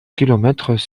kilomètres